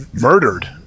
Murdered